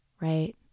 right